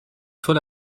fill